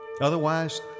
Otherwise